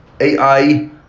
AI